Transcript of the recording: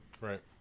Right